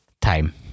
time